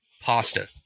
pasta